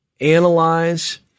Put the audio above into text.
analyze